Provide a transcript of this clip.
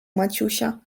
maciusia